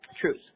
truth